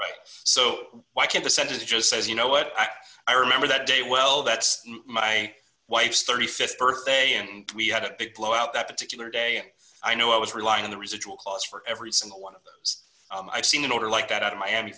right so why can't the sentence just says you know what i've i remember that day well that's my wife's th birthday and we had a big blowout that particular day and i know i was relying on the residual costs for every single one of those i've seen it over like that out of miami